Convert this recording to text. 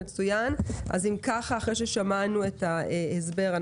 אחרי ששמענו את ההסבר,